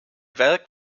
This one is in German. werk